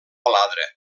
baladre